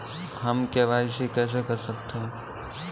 हम के.वाई.सी कैसे कर सकते हैं?